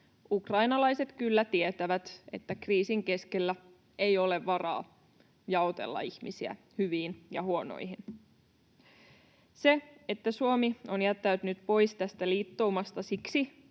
Ukrainalaiset kyllä tietävät, että kriisin keskellä ei ole varaa jaotella ihmisiä hyviin ja huonoihin. Se, että Suomi on jättäytynyt pois tästä liittoumasta siksi,